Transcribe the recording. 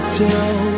tell